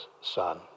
son